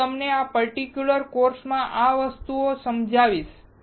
હું તમને આ પર્ટિક્યુલર કોર્સમાં આ ખાસ વસ્તુ સમજાવીશ